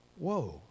Whoa